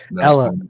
ella